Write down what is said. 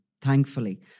thankfully